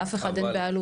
לאף אחד אין בעלות.